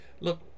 look